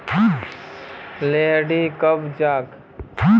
लोहड़ी कब छेक